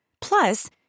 Plus